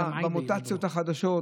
במוטציות החדשות,